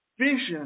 Vision